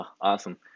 Awesome